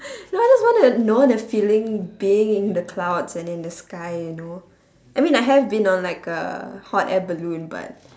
no I just want to know the feeling being in the clouds and in the sky you know I mean I have been on like a hot air balloon